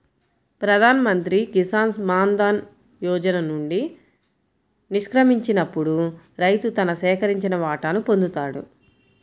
ప్రధాన్ మంత్రి కిసాన్ మాన్ ధన్ యోజన నుండి నిష్క్రమించినప్పుడు రైతు తన సేకరించిన వాటాను పొందుతాడు